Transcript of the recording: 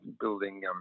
building